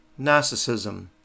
narcissism